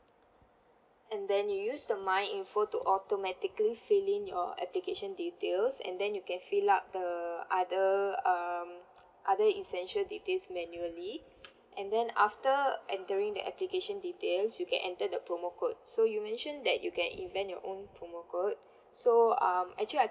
and then you use the myinfo to automatically fill in your application details and then you can fill up the other um other essential details manually and then after entering the application details you can enter the promo code so you mentioned that you can invent your own promo code so um actually I